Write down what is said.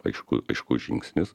aišku aiškus žingsnis